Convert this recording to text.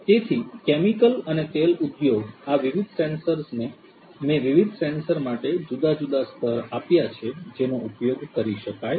તેથી કેમિકલ અને તેલ ઉદ્યોગ આ વિવિધ સેન્સર્સને મેં વિવિધ સેન્સર માટે જુદા જુદા સ્તર આપ્યા છે જેનો ઉપયોગ કરી શકાય છે